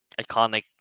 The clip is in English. iconic